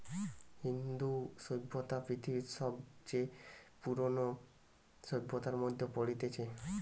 ইন্দু সভ্যতা পৃথিবীর সবচে পুরোনো সভ্যতার মধ্যে পড়তিছে